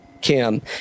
Kim